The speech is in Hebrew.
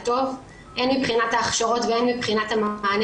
הן מבחינת ההכשרות והן מבחינת המענה